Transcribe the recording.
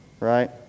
Right